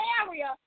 area